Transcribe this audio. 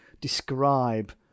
describe